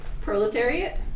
Proletariat